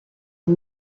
une